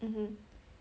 mmhmm